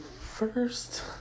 first